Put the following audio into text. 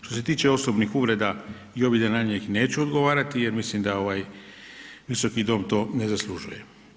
Što se tiče osobnih uvreda ovdje na njih neću odgovarati jer mislim da ovaj Visoki dom to ne zaslužuje.